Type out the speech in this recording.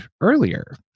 earlier